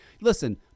Listen